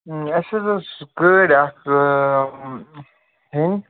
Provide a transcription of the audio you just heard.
اَسہِ حظ ٲس گٲڑۍ اَکھ ہیٚنۍ